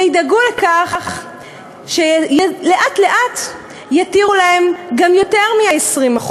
וידאגו לכך שלאט-לאט יתירו להם גם יותר מה-20%,